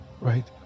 right